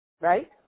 right